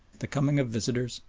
the coming of visitors,